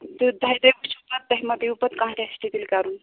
تہٕ دَہہِ دۄہی وُچھَو پتہٕ تُہۍ ما پیٚیِوٕ پتہٕ کانٛہہ ٹٮ۪سٹہٕ تیٚلہِ کَرُن